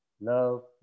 love